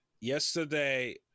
Yesterday